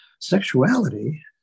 Sexuality